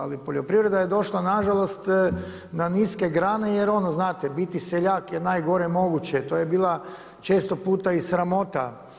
Ali poljoprivreda je došla nažalost na niske grane jer ono znate biti seljak je najgore moguće, to je bila često puta i sramota.